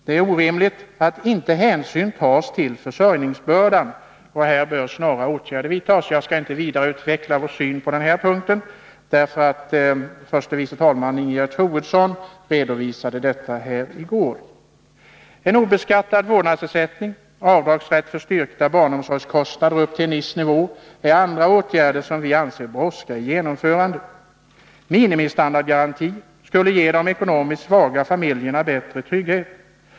Det är orimligt att inte hänsyn tas till försörjningsbördan, och här behöver snara åtgärder vidtas. Jag skall inte vidareutveckla vår syn på den punkten, för förste vice talman Ingegerd Troedsson redovisade detta här i går. En obeskattad vårdnadsersättning, avdragsrätt för styrkta bårnomsorgskostnader upp till en viss nivå, är andra åtgärder som vi anser brådskar i genomförande. Minimistandardgaranti skulle ge de ekonomiskt svaga familjerna bättre trygghet.